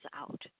out